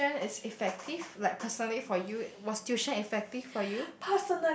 tuition is effective like personally for you was tuition effective for you